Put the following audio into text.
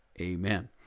Amen